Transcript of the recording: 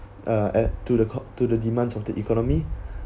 uh add to the co~ to the demands of the economy